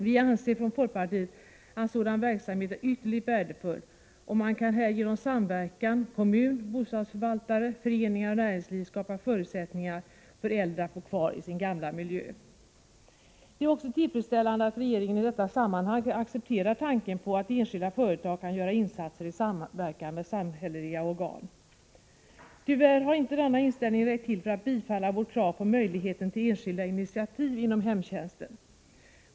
Vi anser att sådan verksamhet är ytterligt värdefull, och man kan här genom samverkan mellan kommun, bostadsförvaltare, föreningar och näringsliv skapa förutsättningar för äldre att bo kvar i sin invanda miljö. Det är också tillfredsställande att regeringen i detta sammanhang accepterar tanken på att enskilda företag kan göra insatser i samverkan med samhälleliga organ. Tyvärr har inte denna inställning räckt till för tillstyrkan av vårt krav på möjlighet till enskilda initiativ inom hemtjänsten.